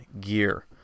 Gear